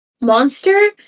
monster